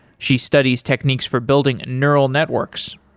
she studies techniques for building neural networks.